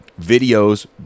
videos